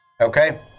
Okay